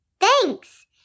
Thanks